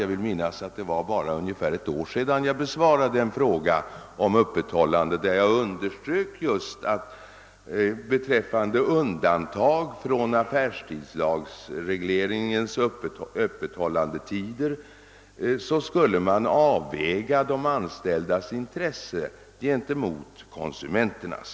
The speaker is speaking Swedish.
Jag vill minnas att det var bara ungefär ett år sedan jag besvarade en fråga om Öppethållande. Jag underströk då att man beträffande undantag från affärstidsregleringens öppethållandetider skulle avväga de anställdas intressen gentemot konsumenterna.